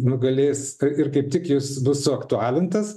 nugalės ir kaip tik jis bus suaktualintas